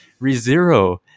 ReZero